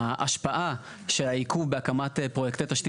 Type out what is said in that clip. ההשפעה של העיכוב בהקמת פרויקטי תשתית